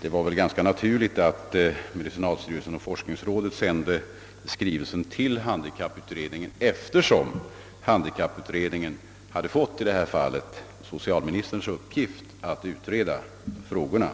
Det var väl ganska naturligt att medicinalstyrelsen och forskningsrådet sände skrivelsen till handikapputredningen, eftersom handikapputredningen i detta fall hade fått socialministerns uppdrag att utreda frågorna.